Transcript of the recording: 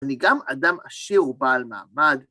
אני גם אדם עשיר ובעל מעמד.